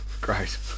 Great